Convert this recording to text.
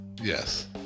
Yes